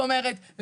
זאת אומרת,